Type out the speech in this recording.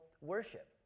worship